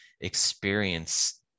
experience